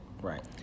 Right